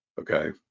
okay